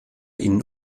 ihnen